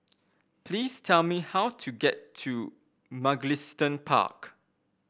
please tell me how to get to Mugliston Park